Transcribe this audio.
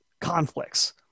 conflicts